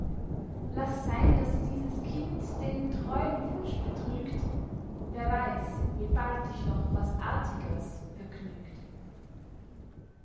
laß sein daß dieses kind den treuen wunsch betrügt wer weiß wie bald dich noch was artiger's vergnügt